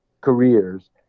careers